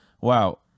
wow